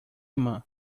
irmã